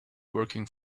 working